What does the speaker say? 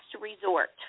Resort